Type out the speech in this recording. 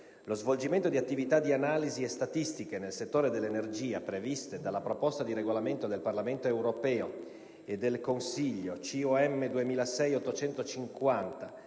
"Lo svolgimento di attività di analisi e statistiche nel settore dell'energia, previste dalla proposta di regolamento del Parlamento europeo e del Consiglio COM(2006)850